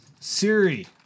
Siri